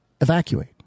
Evacuate